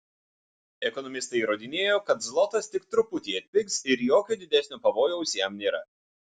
ekonomistai įrodinėjo kad zlotas tik truputį atpigs ir jokio didesnio pavojaus jam nėra